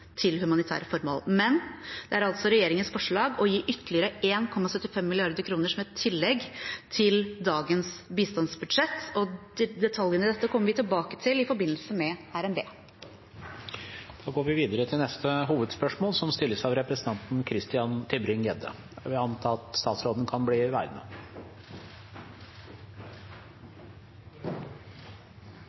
til humanitære formål, men det er altså regjeringens forslag å gi ytterligere 1,75 mrd. kr som et tillegg til dagens bistandsbudsjett. Detaljene i dette kommer vi tilbake til i forbindelse med RNB. Vi går videre til neste hovedspørsmål.